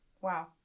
Wow